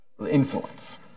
influence